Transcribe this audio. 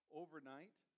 overnight